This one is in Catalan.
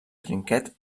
trinquet